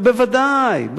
בוודאי.